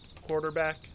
quarterback